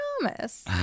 promise